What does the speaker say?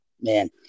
man